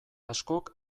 askok